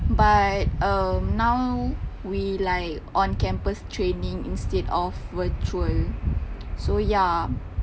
but um now we like on campus training instead of virtual so ya